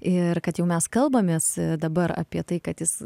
ir kad jau mes kalbamės dabar apie tai kad jis